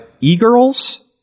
E-girls